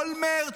אולמרט,